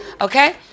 okay